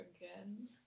again